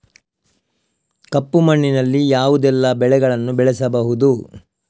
ಕಪ್ಪು ಮಣ್ಣಿನಲ್ಲಿ ಯಾವುದೆಲ್ಲ ಬೆಳೆಗಳನ್ನು ಬೆಳೆಸಬಹುದು?